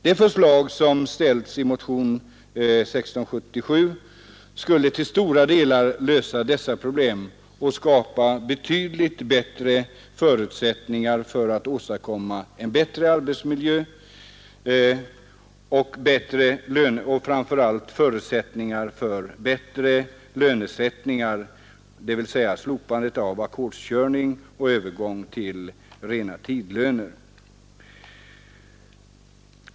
De förslag som ställts i motionen 1677 skulle till stora delar lösa dessa problem och skapa betydligt bättre förutsättningar för att åstadkomma en bättre arbetsmiljö och framför allt möjliggöra bättre lönesättning, dvs. slopandet av ackordskörning och övergång till rena tidlöner.